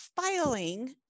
filing